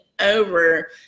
over